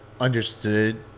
understood